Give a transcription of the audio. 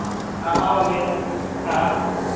हाँ वो भी है हाँ